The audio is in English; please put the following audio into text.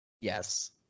Yes